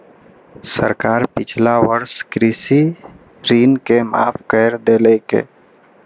सरकार पिछला वर्षक कृषि ऋण के माफ कैर देलकैए